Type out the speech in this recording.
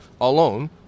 alone